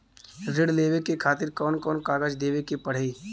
ऋण लेवे के खातिर कौन कोन कागज देवे के पढ़ही?